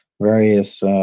various